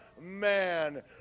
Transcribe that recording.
man